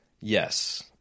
Yes